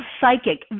psychic